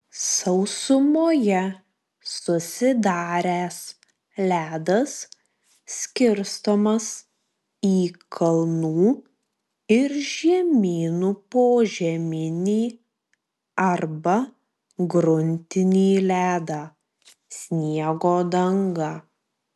sausumoje susidaręs ledas skirstomas į kalnų ir žemynų požeminį arba gruntinį ledą sniego dangą